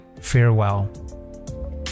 farewell